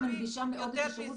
מכבי מנגישה מאוד את השירות.